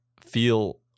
feel